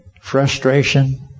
Frustration